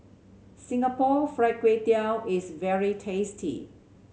Singapore Fried Kway Tiao is very tasty